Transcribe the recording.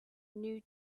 new